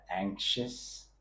anxious